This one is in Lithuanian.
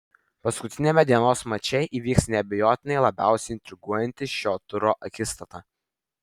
paskutiniame dienos mače įvyks neabejotinai labiausiai intriguojanti šio turo akistata